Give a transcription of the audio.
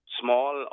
small